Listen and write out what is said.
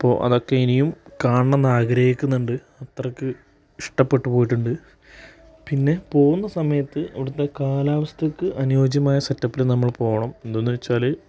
അപ്പോൾ അതൊക്കെ ഇനിയും കാണണം എന്ന് ആഗ്രഹിക്കുന്നുണ്ട് അത്രയ്ക്ക് ഇഷ്ടപ്പെട്ട് പോയിട്ടുണ്ട് പിന്നെ പോവുന്ന സമയത്ത് അവിടുത്തെ കാലവസ്ഥയ്ക്ക് അനുയോജ്യമായ സെറ്റപ്പിൽ നമ്മൾ പോണം എന്താണെന്ന് വച്ചാൽ